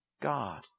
God